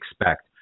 expect